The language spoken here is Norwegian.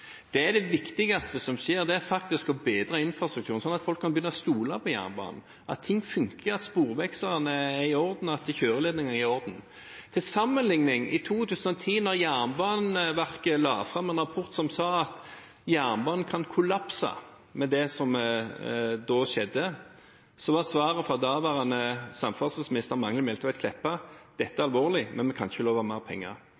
Det viktigste som skjer, er faktisk å bedre infrastrukturen, slik at folk kan begynne å stole på jernbanen, at ting funker, at sporvekslene er i orden, og at kjøreledningen er i orden. Til sammenligning: I 2010, da Jernbaneverket la fram en rapport hvor man sa at jernbanen kan kollapse med det som da skjedde, var svaret fra daværende samferdselsminister Magnhild Meltveit Kleppa at dette er alvorlig, men at en ikke kan love mer penger.